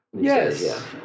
Yes